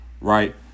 right